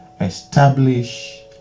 establish